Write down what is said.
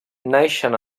naixen